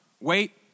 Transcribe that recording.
Wait